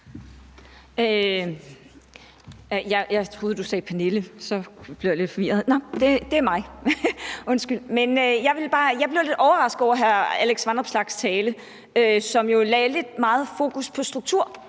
Jeg blev lidt overrasket over hr. Alex Vanopslaghs tale, som jo lagde meget fokus på struktur,